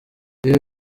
iyo